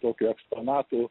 tokiu eksponatu